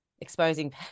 exposing